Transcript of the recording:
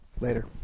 later